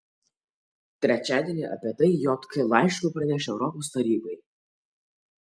trečiadienį apie tai jk laišku praneš europos tarybai